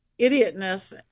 idiotness